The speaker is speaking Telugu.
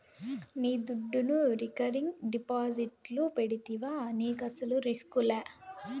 నీ దుడ్డును రికరింగ్ డిపాజిట్లు పెడితివా నీకస్సలు రిస్కులా